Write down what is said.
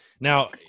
Now